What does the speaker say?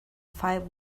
five